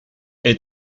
est